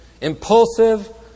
impulsive